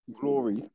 glory